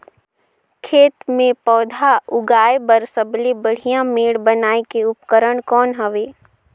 खेत मे पौधा उगाया बर सबले बढ़िया मेड़ बनाय के उपकरण कौन हवे?